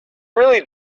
really